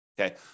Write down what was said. Okay